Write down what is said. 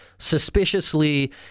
suspiciously